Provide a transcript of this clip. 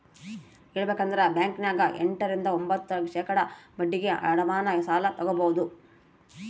ಹೇಳಬೇಕಂದ್ರ ಬ್ಯಾಂಕಿನ್ಯಗ ಎಂಟ ರಿಂದ ಒಂಭತ್ತು ಶೇಖಡಾ ಬಡ್ಡಿಗೆ ಅಡಮಾನ ಸಾಲ ತಗಬೊದು